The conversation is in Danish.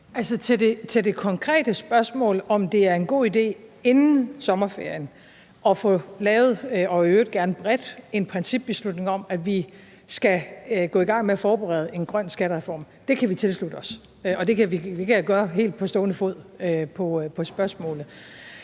Til det konkrete spørgsmål, om det er en god idé inden sommerferien at få truffet, og i øvrigt gerne bredt, en principbeslutning om, at vi skal gå i gang med at forberede en grøn skattereform, vil jeg sige, at det kan vi tilslutte os, og det kan jeg gøre her på stående fod. Så ved